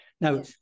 Now